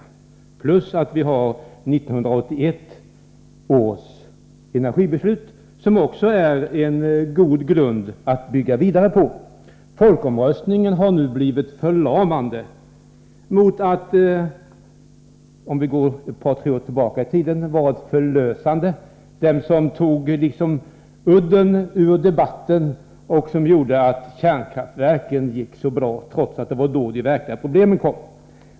Dessutom har vi 1981 års energibeslut, vilket också är en god grund att bygga vidare på. Folkomröstningen har nu blivit förlamande mot att — om vi går ett par tre år tillbaka i tiden — ha varit förlösande, den som tog udden ur debatten och gjorde att kärnkraftverken gick så bra, trots att det var då de verkliga problemen kom.